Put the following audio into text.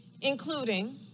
including